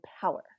power